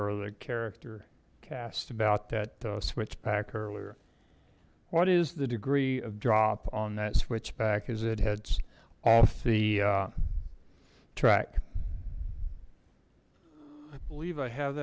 or other character cast about that switchback earlier what is the degree of drop on that switchback as it heads off the track i believe i have